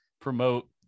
promote